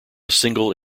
single